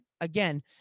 again